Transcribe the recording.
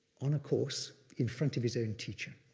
on a course in front of his own teacher.